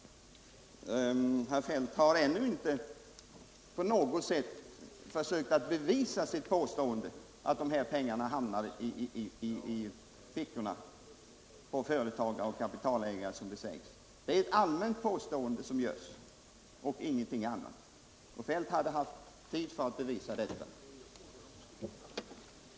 Herr Feldt har ännu inte försökt att på något sätt bevisa sitt påstående att pengarna hamnar i fickorna på företagare och kapitalägare. Det är ett allmänt påstående som görs och ingenting annat. Herr Feldt hade haft tid att bevisa vad han sagt.